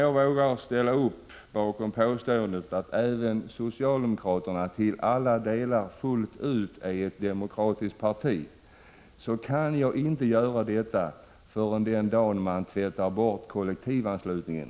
Jag ställer inte upp bakom påståendet att även socialdemokraterna till alla delar och fullt ut är ett demokratiskt parti förrän den dag man tvättar bort kollektivanslutningen.